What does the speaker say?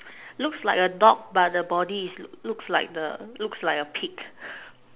looks like a dog but the body is looks like the looks like a pig